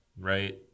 right